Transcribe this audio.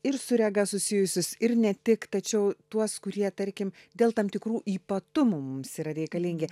ir su rega susijusius ir ne tik tačiau tuos kurie tarkim dėl tam tikrų ypatumų mums yra reikalingi